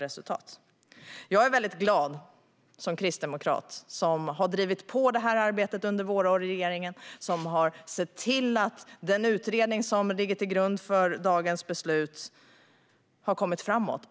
Som kristdemokrat är jag glad eftersom vi har drivit på detta arbete och sett till att den utredning som ligger till grund för dagens beslut har kommit framåt.